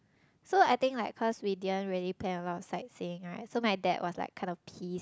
so I think like cause we didn't really plan a lot of sightseeing right so my dad was like kind of piss